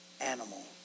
animal